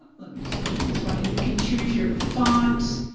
let me just go into this one. and you can choose your font,